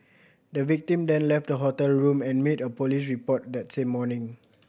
the victim then left the hotel room and made a police report that same morning